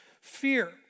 fear